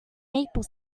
maple